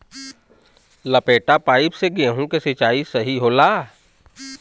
लपेटा पाइप से गेहूँ के सिचाई सही होला?